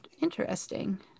interesting